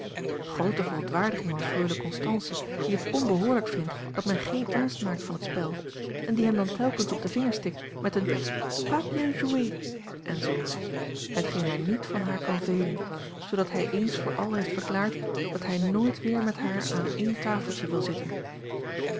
groote verontwaardiging van freule constance die het onbehoorlijk vindt dat men geen ernst maakt van het spel en die hem dan telkens op de vingers tikt met een pas bien joué enz hetgeen hij niet van haar kan velen zoodat hij eens voor al heeft verklaard dat hij nooit weer met haar aan één tafeltje wil zitten